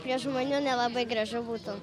prie žmonių nelabai gražu būtų